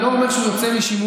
אני לא אומר שהוא יוצא משימוש,